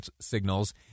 signals